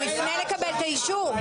הוא יפנה לקבל את האישור.